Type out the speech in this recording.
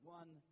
one